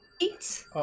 eat